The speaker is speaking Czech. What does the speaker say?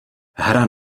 hra